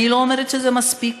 אני לא אומרת שזה מספיק,